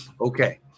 Okay